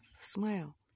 smile